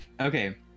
Okay